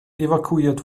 evakuiert